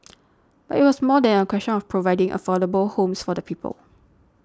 but it was more than a question of providing affordable homes for the people